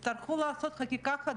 שני בנים שלי סיכנו את החיים שלהם.